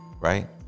right